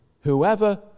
Whoever